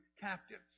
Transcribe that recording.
captives